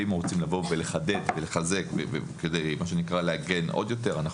ואם רוצים לבוא ולחדד ולחזק כדי לעגן עוד יותר,